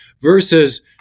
versus